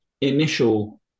Initial